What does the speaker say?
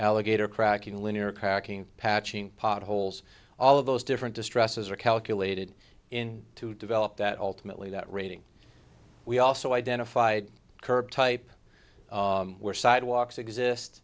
alligator cracking linear cracking patching potholes all of those different distresses are calculated in to develop that ultimately that rating we also identified curb type where sidewalks